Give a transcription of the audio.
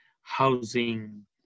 housing